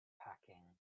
packing